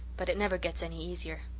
but it never gets any easier.